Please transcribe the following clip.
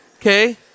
Okay